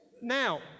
now